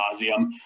nauseum